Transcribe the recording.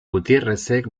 gutierrezek